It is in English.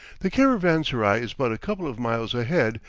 the caravanserai is but a couple of miles ahead,